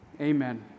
Amen